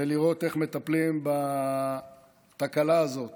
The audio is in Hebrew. זה לראות איך מטפלים בתקלה הזאת